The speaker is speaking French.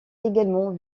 également